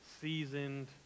seasoned